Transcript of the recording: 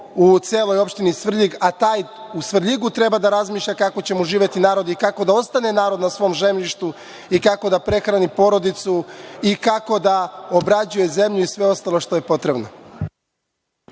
u celoj opštini Svrljig, a taj u Svrljigu treba da razmišlja kako ćemo živeti i kako da ostane narod na svom zemljištu, kako da prehrani porodicu i kako da obrađuje zemlju i sve ostalo što je potrebno.